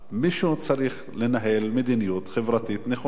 מישהו צריך לנהל מדיניות חברתית נכונה,